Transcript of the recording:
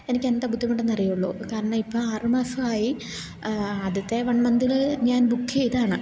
എനിക്കെന്താ ബുദ്ധിമുട്ടെന്ന് അറിയുള്ളൂ കാരണം ഇപ്പം ആറ് മാസമായി അദ്യത്തെ വൺ മന്തില് ഞാൻ ബുക്ക് ചെയ്തതാണ്